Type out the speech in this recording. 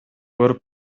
көрүп